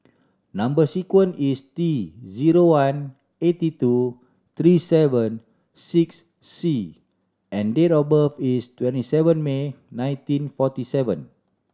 number sequence is T zero one eighty two three seven six C and date of birth is twenty seven May nineteen forty seven